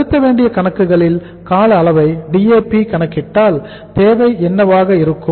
செலுத்தவேண்டிய கணக்குகளில் கால அளவை DAP கணக்கிட்டால் தேவை என்னவாக இருக்கும்